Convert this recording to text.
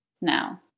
now